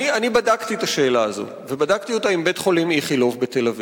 אני בדקתי את השאלה הזאת ובדקתי אותה עם בית-חולים "איכילוב" בתל-אביב,